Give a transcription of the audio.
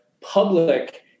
public